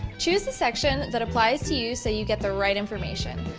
choose the section that applies to you so you get the right information.